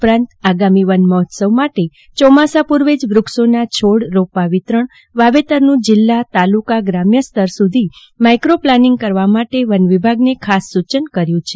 ઉપરાંત આગામી વનમજ્ઞેત્સવ માટે ચોમાસા પુર્વે જ વૃક્ષોના રોપા વિતરણવાવેતરનું જિલ્લા તાલુકા ગ્રામ્ય સ્તર સુધી માઈક્રો પ્લાનીંગ કરવા વન વિભાગને ખાસ ખાસ સુચન કર્યુ છે